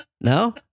No